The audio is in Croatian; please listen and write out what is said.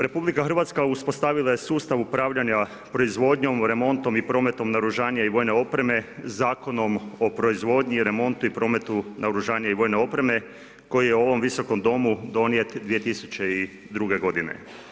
RH uspostavila je sustav upravljanja proizvodnjom, remontom i prometom naoružanja i vojne opreme Zakonom o proizvodnji, remontu i prometu naoružanja i vojne opreme koji je u ovom visokom domu donijet 2002. godine.